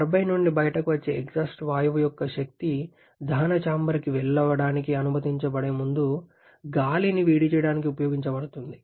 turbine నుండి బయటకు వచ్చే ఎగ్జాస్ట్ వాయువు యొక్క శక్తి దహన చాంబర్కి వెళ్లడానికి అనుమతించబడే ముందు గాలిని వేడి చేయడానికి ఉపయోగించబడుతుంది